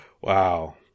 Wow